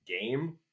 game